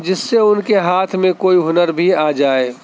جس سے ان کے ہاتھ میں کوئی ہنر بھی آ جائے